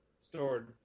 stored